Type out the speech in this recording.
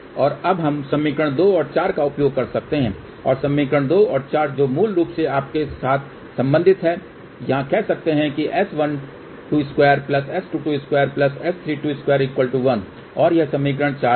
तो अब हम समीकरण 2 और 4 का उपयोग कर सकते हैं और समीकरण 2 और 4 जो मूल रूप से आपके साथ संबंधित हैं यहाँ कह सकते हैं कि S122 S222 S322 1 और यह समीकरण 4 है